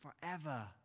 forever